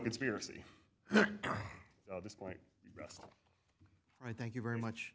conspiracy this point i thank you very much